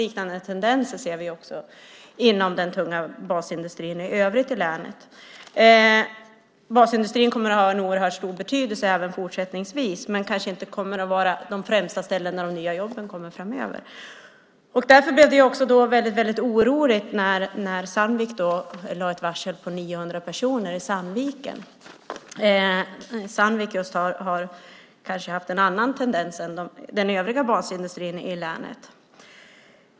Liknande tendenser ser vi också inom den tunga basindustrin i övrigt i länet. Basindustrin kommer att ha en oerhört stor betydelse även fortsättningsvis, men kommer kanske inte att stå för de främsta ställen där de nya jobben kommer framöver. Därför blev det väldigt oroligt när Sandvik lade ett varsel på 900 personer i Sandviken. Sandvik har kanske haft en annan tendens än den övriga basindustrin i länet.